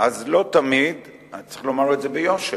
אז לא תמיד, צריך לומר את זה ביושר.